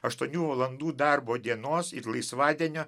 aštuonių valandų darbo dienos ir laisvadienio